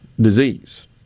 disease